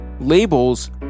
Labels